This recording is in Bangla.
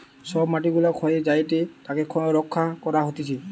সব মাটি গুলা ক্ষয়ে যায়েটে তাকে রক্ষা করা হতিছে